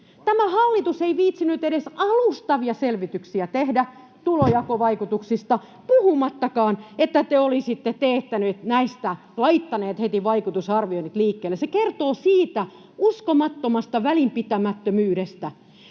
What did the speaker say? Tämä hallitus ei viitsinyt edes alustavia selvityksiä tehdä tulonjakovaikutuksista, puhumattakaan että te olisitte teettäneet ja laittaneet näistä vaikutusarvioinnit heti liikkeelle. Se kertoo uskomattomasta välinpitämättömyydestä.